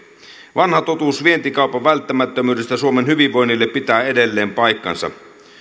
vanha totuus vientikaupan välttämättömyydestä suomen hyvinvoinnille pitää edelleen paikkansa